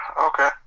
Okay